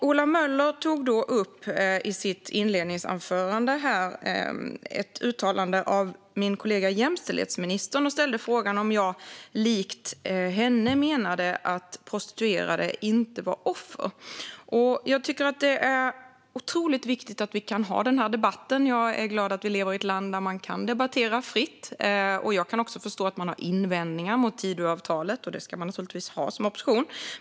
Ola Möller tog i sitt inledningsanförande upp ett uttalande av min kollega jämställdhetsministern och ställde frågan om jag likt henne menade att prostituerade inte var offer. Jag tycker att det är otroligt viktigt att vi kan ha den här debatten. Jag är glad att vi lever i ett land där man kan debattera fritt. Jag kan också förstå att man har invändningar mot Tidöavtalet. Det ska man naturligtvis ha som opposition.